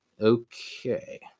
Okay